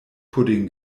pudding